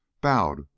bowed